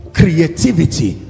creativity